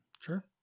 Sure